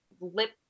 lip